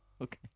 Okay